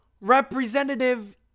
Representative